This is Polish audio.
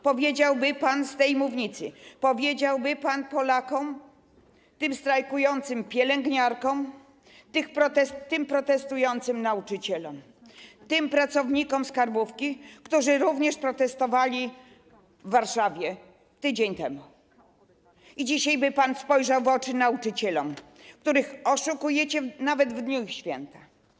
Powiedziałby pan to z tej mównicy, powiedziałby pan Polakom, tym strajkującym pielęgniarkom, tym protestującym nauczycielom, tym pracownikom skarbówki, którzy również protestowali w Warszawie tydzień temu, i dzisiaj by pan spojrzał w oczy nauczycielom, których oszukujecie nawet w dniu ich święta.